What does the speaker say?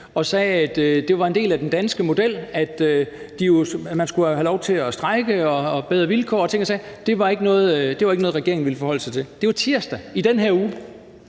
og sagde, at det var en del af den danske model, at man skulle have lov til at strejke i forhold til bedre vilkår og ting og sager. Det var ikke noget, regeringen ville forholde sig til. Det var i tirsdags i den her uge;